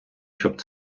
щоб